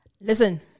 Listen